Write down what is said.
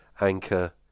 Anchor